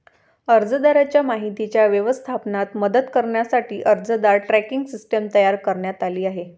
अर्जदाराच्या माहितीच्या व्यवस्थापनात मदत करण्यासाठी अर्जदार ट्रॅकिंग सिस्टीम तयार करण्यात आली आहे